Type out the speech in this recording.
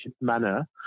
manner